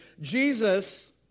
Jesus